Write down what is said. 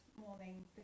morning